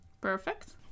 Perfect